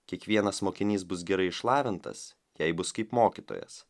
kiekvienas mokinys bus gerai išlavintas jei bus kaip mokytojas